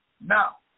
Now